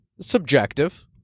subjective